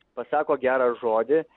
pasako gerą žodį